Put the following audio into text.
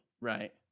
Right